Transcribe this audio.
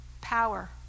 power